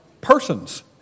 persons